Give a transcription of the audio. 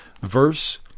verse